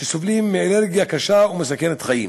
שסובלים מאלרגיה קשה ומסכנת חיים,